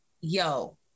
yo